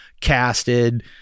casted